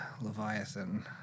Leviathan